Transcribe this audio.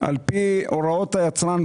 על פי הוראות היצרן,